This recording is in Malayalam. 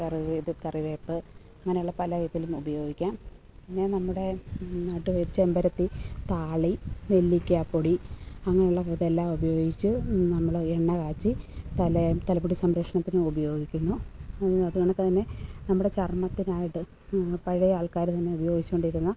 ഇത് കറിവേപ്പ് അങ്ങനെയുള്ള പലയിതിലും ഉപയോഗിക്കാം പിന്നെ നമ്മുടെ നാട്ട് ചെമ്പരത്തി താളി നെല്ലിക്കാപ്പൊടി അങ്ങനെ ഉള്ള ഇതെല്ലാം ഉപയോഗിച്ച് നമ്മൾ എണ്ണ കാച്ചി തലയും തലമുടി സംരക്ഷണത്തിന് ഉപയോഗിക്കുന്നു അത് കണക്കു തന്നെ നമ്മുടെ ചർമ്മത്തിനായിട്ട് പഴയ ആൾക്കാര് തന്നെ ഉപയോഗിച്ചുകൊണ്ടിരുന്ന